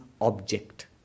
object